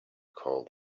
called